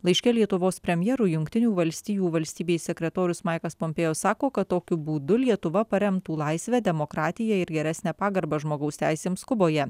laiške lietuvos premjerui jungtinių valstijų valstybės sekretorius maiklas pompėjo sako kad tokiu būdu lietuva paremtų laisvę demokratiją ir geresnę pagarbą žmogaus teisėms kuboje